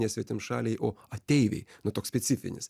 ne svetimšaliai o ateiviai nu toks specifinis